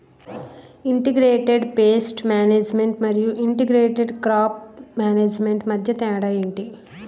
integrated pest management మరియు integrated crop management మధ్య తేడా ఏంటి